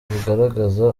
rugaragaza